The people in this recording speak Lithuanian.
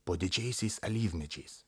po didžiaisiais alyvmedžiais